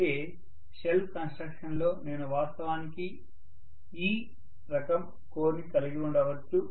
అయితే షెల్ కన్స్ట్రక్షన్లో నేను వాస్తవానికి E రకం కోర్ కలిగి ఉండవచ్చు